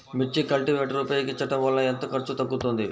మిర్చి కల్టీవేటర్ ఉపయోగించటం వలన ఎంత ఖర్చు తగ్గుతుంది?